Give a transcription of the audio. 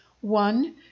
one